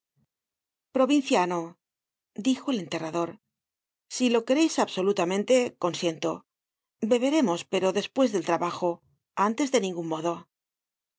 provinciano dijo el enterrador si lo quereis absolutamente consiento beberemos pero despues del trabajo antes de ningun modo